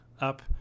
up